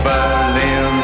Berlin